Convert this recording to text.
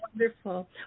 Wonderful